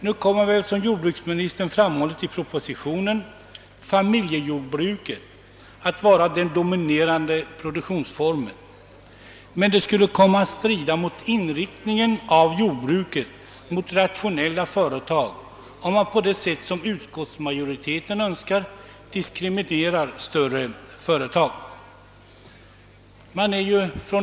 Nu kommer väl, som jordbruksministern framhållit i propositionen, familjejordbruket att vara den dominerande produktionsformen. Men det skulle komma att strida mot inriktningen av jordbruket mot rationella företag, om man diskriminerar större företag på det sätt som utskottsmajoriteten önskar.